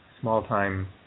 small-time